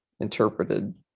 interpreted